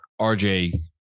RJ